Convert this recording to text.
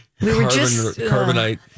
carbonite